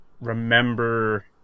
remember